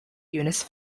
eunice